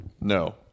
No